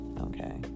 okay